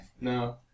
No